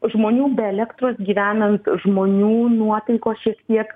žmonių be elektros gyvenant žmonių nuotaikos šiek tiek